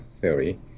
theory